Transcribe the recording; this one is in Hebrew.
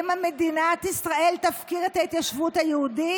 אם מדינת ישראל תפקיר את ההתיישבות היהודית,